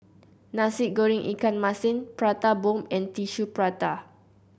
Nasi Goreng Ikan Masin Prata Bomb and Tissue Prata